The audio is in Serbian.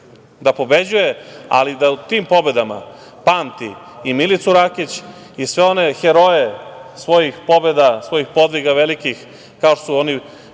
da pobeđuje, ali da u tim pobedama pamti i Milicu Rakić i sve one heroje svojih pobeda, svojih podviga velikih kao što su oni